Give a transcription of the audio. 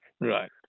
Right